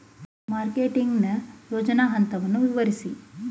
Marketing ನ ಯೋಜನಾ ಹಂತವನ್ನು ವಿವರಿಸಿ?